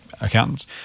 accountants